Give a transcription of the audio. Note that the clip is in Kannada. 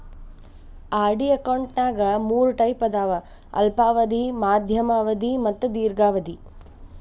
ಆರ್.ಡಿ ಅಕೌಂಟ್ನ್ಯಾಗ ಮೂರ್ ಟೈಪ್ ಅದಾವ ಅಲ್ಪಾವಧಿ ಮಾಧ್ಯಮ ಅವಧಿ ಮತ್ತ ದೇರ್ಘಾವಧಿ